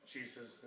Jesus